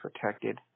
protected